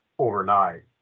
overnight